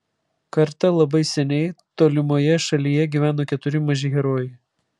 kartą labai seniai tolimoje šalyje gyveno keturi maži herojai